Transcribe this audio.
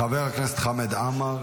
חבר הכנסת חמד עמאר,